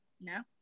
no